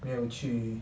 没有去